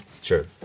Sure